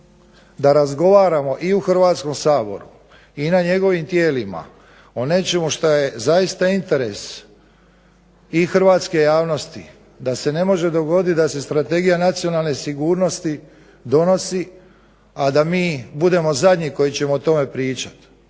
da razgovaramo i u Hrvatskom saboru i na njegovim tijelima o nečemu što je zaista interes i hrvatske javnosti, da se ne može dogoditi da se Strategija nacionalne sigurnosti donosi, a da mi budemo zadnji koji ćemo o tome pričati,